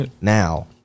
Now